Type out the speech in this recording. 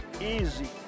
easy